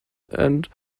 and